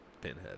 Pinhead